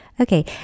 Okay